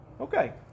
Okay